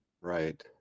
right